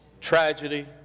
tragedy